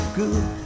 good